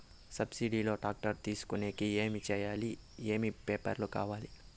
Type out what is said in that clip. Subsidy లో tractor తీసుకొనేకి ఏమి చేయాలి? ఏమేమి పేపర్లు కావాలి?